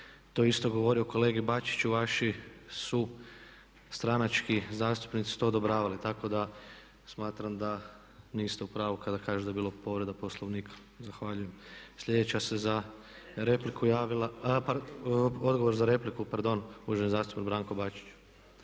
to isto govorio kolegi Bačiću, vaši su stranački zastupnici to odobravali, tako da smatram da niste u pravu kada kažete da je bila povreda Poslovnika. Zahvaljujem. Sljedeća će se za repliku javila. Odgovor za repliku, pardon uvaženi zastupnik Branko Bačić.